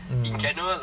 mm